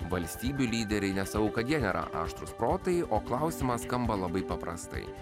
valstybių lyderiai nesakau kad jie nėra aštrūs protai o klausimas skamba labai paprastai